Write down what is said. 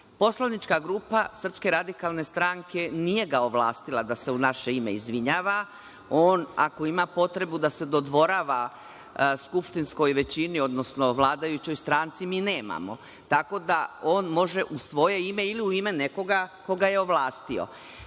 poslanika. Poslanička grupa SRS nije ga ovlastila da se u naše ime izvinjava. On ako ima potrebu da se dodvorava skupštinskoj većini, odnosno vladajućoj stranci, mi nemamo. On može u svoje ime ili u ime nekoga ko ga je ovlastio. Takođe